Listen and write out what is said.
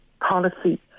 policy